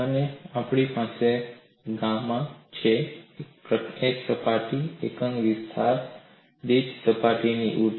અને આપણી પાસે ગામા છે એક સપાટીના એકમ વિસ્તાર દીઠ સપાટીની ઊર્જા